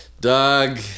Doug